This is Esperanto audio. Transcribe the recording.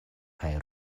kaj